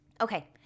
Okay